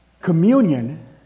communion